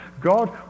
God